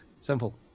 simple